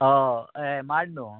हय यें माड न्हू